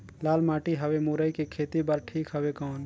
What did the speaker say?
लाल माटी हवे मुरई के खेती बार ठीक हवे कौन?